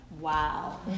Wow